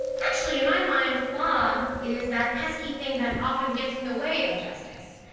actually in my mind, the law is that pesky thing that often gets in the way of justice.